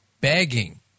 begging –